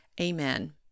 Amen